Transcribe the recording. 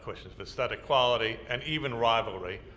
questions of aesthetic quality, and even rivalry,